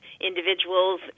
individuals